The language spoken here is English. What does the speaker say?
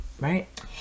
Right